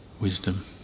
wisdom